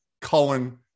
Cullen